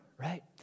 right